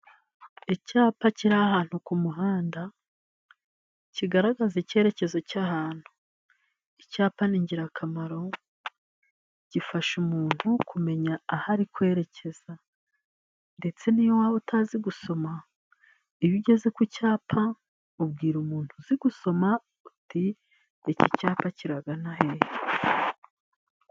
Icyapa kiri ahantu ku muhanda kigaragaza icyerekezo cy'ahantu. Icyapa ni ingirakamaro， gifasha umuntu kumenya aho ari kwerekeza， ndetse n'iyo waba utazi gusoma， iyo ugeze ku cyapa ubwira umuntu uzi gusoma， uti iki cyapa kiragana hehe？